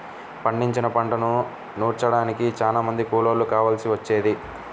పండించిన పంటను నూర్చడానికి చానా మంది కూలోళ్ళు కావాల్సి వచ్చేది